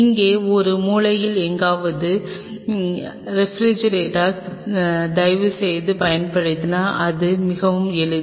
இங்கே ஒரு மூலையில் எங்காவது ரெபிரிஜிரட்டோர் தயவுசெய்து பயன்படுத்தினால் இது மிகவும் எளிது